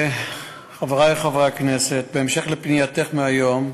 חברי חברי הכנסת, בהמשך לפנייתך מהיום,